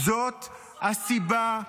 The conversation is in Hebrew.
--- עוצמה יהודית,